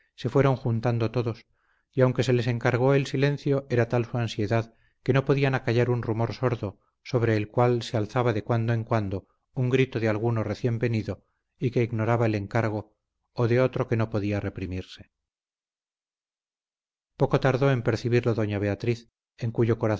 se fueron juntando todos y aunque se les encargó el silencio era tal su ansiedad que no podían acallar un rumor sordo sobre el cual se alzaba de cuando en cuando un grito de alguno recién venido y que ignoraba el encargo o de otro que no podía reprimirse poco tardó en percibirlo doña beatriz en cuyo